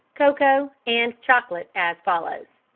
cocoa, and chocolate as follows